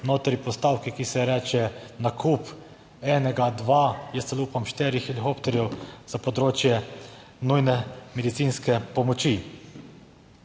notri postavke, ki se ji reče nakup enega, dva, jaz celo upam štirih helikopterjev za področje nujne medicinske pomoči.